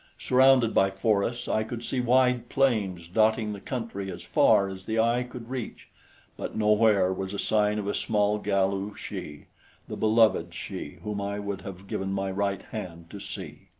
surrounded by forests, i could see wide plains dotting the country as far as the eye could reach but nowhere was a sign of a small galu she the beloved she whom i would have given my right hand to see.